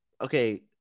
Okay